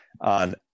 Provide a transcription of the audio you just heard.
on